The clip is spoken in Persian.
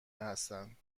هستند